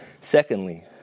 Secondly